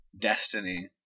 destiny